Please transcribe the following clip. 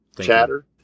chatter